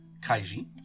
Kaiji